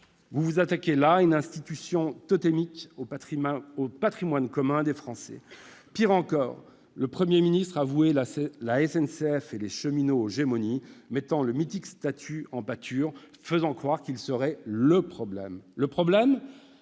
Vous vous attaquez là à une institution totémique, au patrimoine commun des Français. Pis, le Premier ministre a voué la SNCF et les cheminots aux gémonies, mettant le mythique statut en pâture, faisant croire qu'il serait le problème. Le problème,